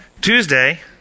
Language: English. Tuesday